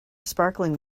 sparkling